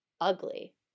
Ugly